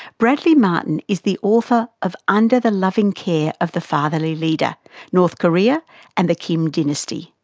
bradley martin is the author of under the loving care of the fatherly leader north korea and the kim dynasty.